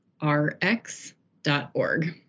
rx.org